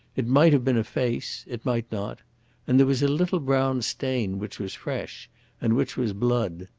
it might have been a face it might not and there was a little brown stain which was fresh and which was blood.